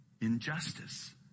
injustice